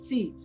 See